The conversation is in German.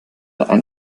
ein